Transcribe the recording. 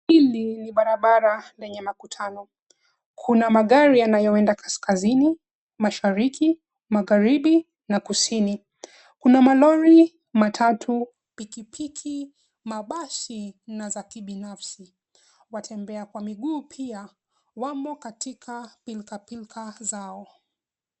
Hili ni barabara lenye makutano. Kuna magari yanayoenda kaskazini, mashariki, magharibi na kusini. Kuna malori matatu, pikipiki, mabasi na za kibinafsi. Watembea kwa miguu pia wamo katika pilkapilka zao.